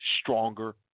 stronger